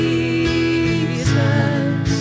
Jesus